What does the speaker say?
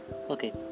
Okay